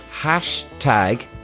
hashtag